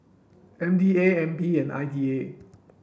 M B A N P and I D A